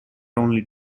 only